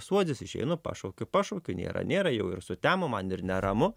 suodis išeinu pašaukiu pašaukiu nėra nėra jau ir sutemo man ir neramu